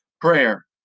prayer